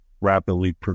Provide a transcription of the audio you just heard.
rapidly